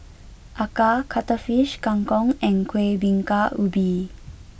Acar Cuttlefish Kang Kong and Kuih Bingka Ubi